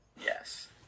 yes